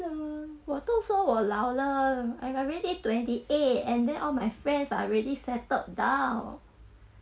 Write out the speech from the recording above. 我都说我老了 I am already twenty eight and then all my friends are already settled down